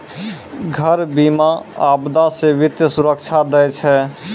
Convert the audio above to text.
घर बीमा, आपदा से वित्तीय सुरक्षा दै छै